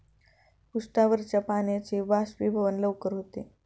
पृष्ठावरच्या पाण्याचे बाष्पीभवन लवकर होते